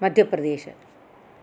Madhya Pradesh